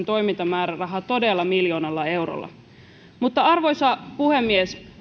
toimintamääräraha todella miljoonalla eurolla arvoisa puhemies